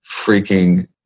freaking